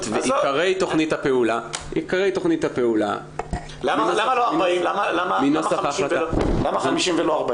ועיקרי תכנית הפעולה --- למה 50 ולא 40?